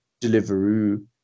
Deliveroo